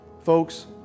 Folks